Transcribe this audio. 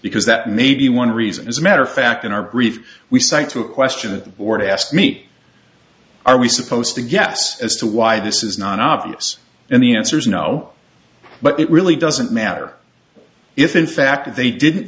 because that may be one reason as a matter of fact in our brief we cite to a question or to ask me are we supposed to guess as to why this is not obvious and the answer is no but it really doesn't matter if in fact they didn't